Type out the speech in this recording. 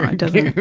um www.